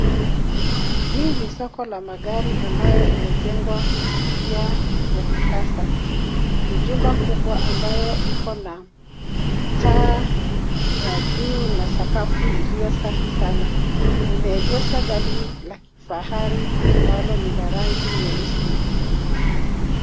Hii ni soko la magari ambayo imejengwa kwa njia ya kisasa. Ni jumba kubwa ambayo iko na taa za juu na sakafu iliyo safi sana. Limeegesha gari la kifahari ambalo lina rangi nyeusi.